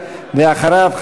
ואחריו,